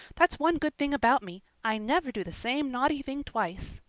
that's one good thing about me. i never do the same naughty thing twice.